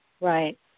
Right